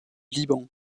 liban